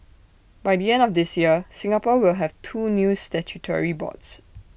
by the end of this year Singapore will have two new statutory boards